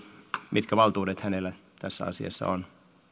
mitkä valtuudet hänellä tässä asiassa on